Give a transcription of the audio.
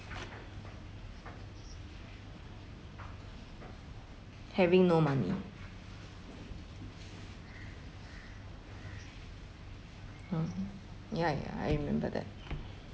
having no money oh ya ya I remember that